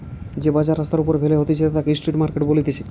যে বাজার রাস্তার ওপরে ফেলে করা হতিছে তাকে স্ট্রিট মার্কেট বলতিছে